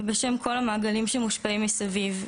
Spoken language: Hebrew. ובשם כל המעגלים שמושפעים מסביב,